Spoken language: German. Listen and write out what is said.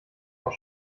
auch